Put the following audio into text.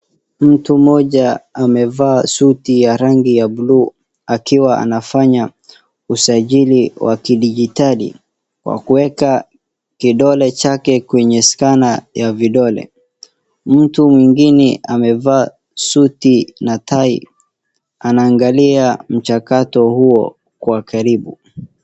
Mtu mmoja amevaa suti ya rangi ya buluu akiwa anafanya usajili wa kidijitali, kwa kuweka kidole chake kwenye skana ya vidole. Mtu mwingine amevaa suti na tai, anaangalia mchakato huo kwa karibu.